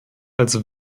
also